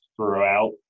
throughout